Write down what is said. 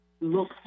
look